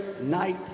night